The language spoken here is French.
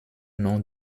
nom